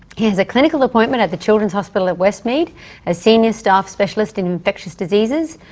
he has a clinical appointment at the children's hospital at westmead as senior staff specialist in infectious diseases,